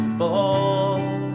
fall